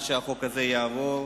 כדי שהחוק הזה יעבור,